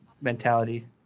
mentality